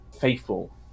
faithful